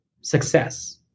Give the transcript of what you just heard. success